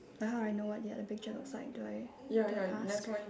then how I know what the other picture looks like do I do I ask